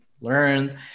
learned